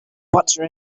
butter